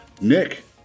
Nick